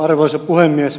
arvoisa puhemies